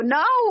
no